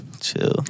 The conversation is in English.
chill